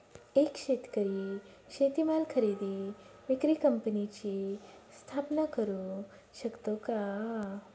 एक शेतकरी शेतीमाल खरेदी विक्री कंपनीची स्थापना करु शकतो का?